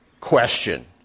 question